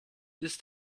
ist